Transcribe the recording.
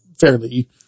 fairly